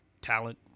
talent